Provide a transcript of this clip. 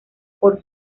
por